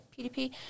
PDP